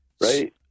Right